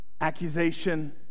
accusation